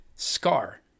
Scar